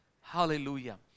Hallelujah